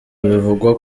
bivugwa